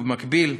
במקביל,